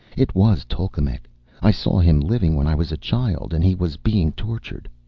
it was tolkemec i saw him living when i was a child and he was being tortured.